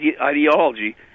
ideology